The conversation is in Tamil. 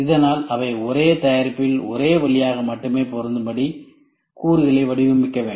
இதனால் அவை ஒரே ஒரு வழியாக மட்டுமே பொருத்தும் படி கூறுகளை வடிவமைக்க வேண்டும்